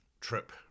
trip